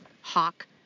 hawk